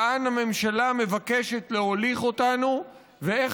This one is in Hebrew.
לאן הממשלה מבקשת להוליך אותנו ואיך